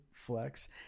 flex